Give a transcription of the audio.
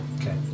Okay